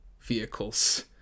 vehicles